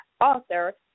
author